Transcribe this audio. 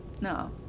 No